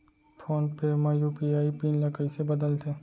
Phone पे म UPI PIN ल कइसे बदलथे?